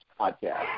podcast